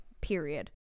Period